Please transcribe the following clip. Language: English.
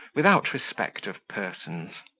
without respect of persons.